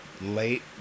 late